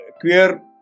queer